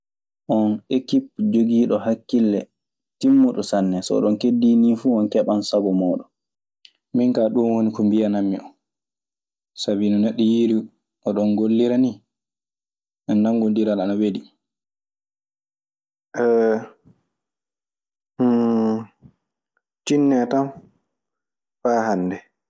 "On ekip jogiiɗo hakkille, timmuɗo sanne. So oɗon keddii nii fuu, o keɓan sago mooɗon. Min kaa ɗun woni ko mbiyaɗan mi on, sabi no neɗɗo yiiri oɗon ngollira nii. Nanngondiral ana weli." tinnee tan faa hannden.